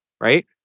right